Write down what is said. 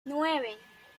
nueve